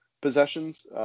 possessions